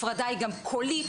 הפרדה היא גם קולית,